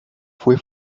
fue